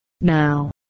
Now